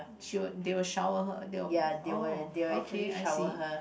she would they will shower her they will oh okay I see